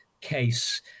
case